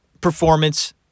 performance